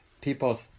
people